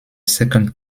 second